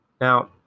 Now